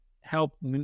help